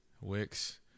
wix